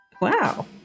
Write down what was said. Wow